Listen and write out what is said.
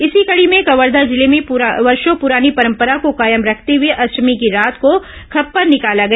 इसी कड़ी में कवर्धा जिले में वर्षों प्ररानी परंरपरा को कायम रखते हुए अष्टमी की रात को खप्पर निकाला गया